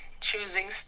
choosing